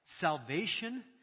salvation